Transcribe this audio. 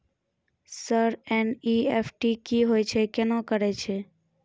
Sir NEFT की होय छै, केना करे छै?